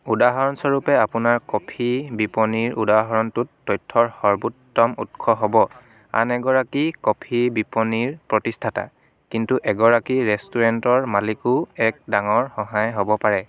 উদাহৰণস্বৰূপে আপোনাক কফি বিপনীৰ উদাহৰণটোত তথ্যৰ সৰ্বোত্তম উৎস হ'ব আন এগৰাকী কফি বিপনীৰ প্ৰতিষ্ঠাতা কিন্তু এগৰাকী ৰেষ্টুৰেণ্টৰ মালিকো এক ডাঙৰ সহায় হ'ব পাৰে